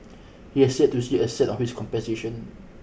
he has set to see a cent on his compensation